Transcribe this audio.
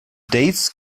dates